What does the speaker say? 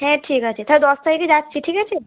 হ্যাঁ ঠিক আছে তাহলে দশ তারিখে যাচ্ছি ঠিক আছে